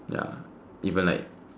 ya even like